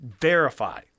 verify